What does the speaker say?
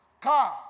Car